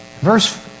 Verse